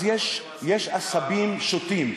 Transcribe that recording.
אז יש עשבים שוטים.